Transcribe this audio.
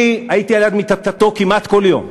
אני הייתי על-יד מיטתו כמעט כל יום.